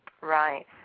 Right